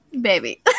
baby